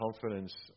confidence